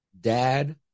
dad